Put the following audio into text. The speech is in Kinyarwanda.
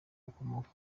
ukomoka